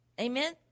amen